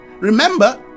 Remember